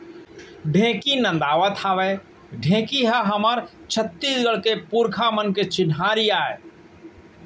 ढेंकी नदावत हावय ढेंकी ह हमर छत्तीसगढ़ के पुरखा मन के चिन्हा आय